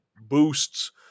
boosts